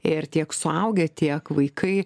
ir tiek suaugę tiek vaikai